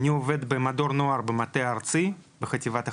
אני עובד במדור נוער במטה הארצי בחטיבת החקירות,